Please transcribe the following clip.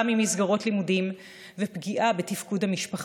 ממסגרות לימודים ופגיעה בתפקוד המשפחה: